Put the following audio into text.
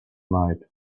night